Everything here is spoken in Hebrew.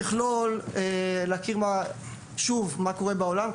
כולל מה קורה בעולם,